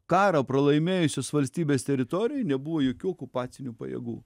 karą pralaimėjusios valstybės teritorijoj nebuvo jokių okupacinių pajėgų